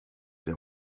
der